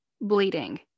bleeding